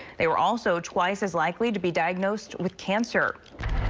they were also device as likely to be diagnosed with cancer.